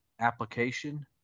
application